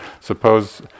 Suppose